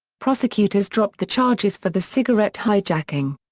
prosecutors dropped the charges for the cigarette hijacking.